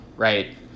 Right